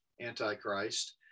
Antichrist